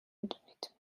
میدونید